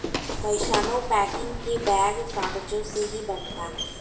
कइसानो पैकिंग के बैग कागजे से ही बनता